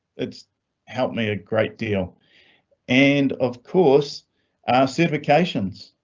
it's helped me a great deal and of course our certifications.